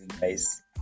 guys